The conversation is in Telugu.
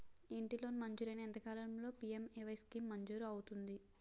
ఇంటి లోన్ మంజూరైన ఎంత కాలంలో పి.ఎం.ఎ.వై స్కీమ్ మంజూరు అవుతుంది?